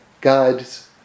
God's